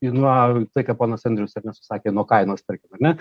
nuo tai ką ponas andrius ar ne susakė nuo kainos tarkim ar ne